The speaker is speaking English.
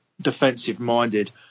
defensive-minded